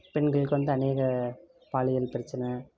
பெண்களுக்கு வந்து அநேக பாலியல் பிரச்சனை